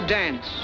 dance